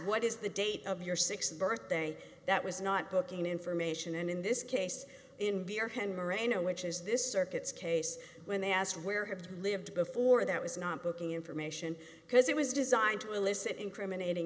what is the date of your th birthday that was not booking information and in this case in beer hanmer a no which is this circuit's case when they asked where have you lived before that was not the information because it was designed to elicit incriminating